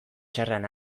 txarrean